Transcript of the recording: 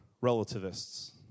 relativists